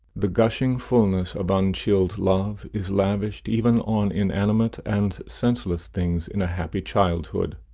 the gushing fulness of unchilled love is lavished even on inanimate and senseless things, in a happy childhood.